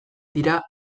dira